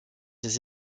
des